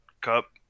Cup